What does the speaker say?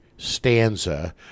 stanza